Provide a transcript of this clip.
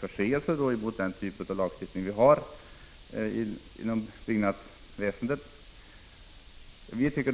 fråga om mindre förseelser mot den här typen av lagstiftning inom byggnadsväsendet. Det kant.ex.